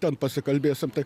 ten pasikalbėsim taip